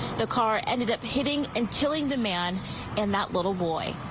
the car ended up hitting and killing the man and that little boy.